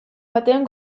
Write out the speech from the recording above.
batean